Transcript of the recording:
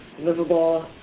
livable